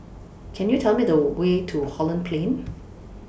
Can YOU Tell Me The Way to Holland Plain